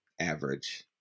average